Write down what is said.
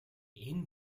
энэ